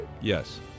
Yes